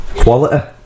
quality